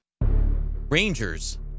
Rangers